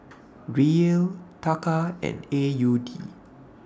Riel Taka and A U D